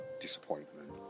disappointment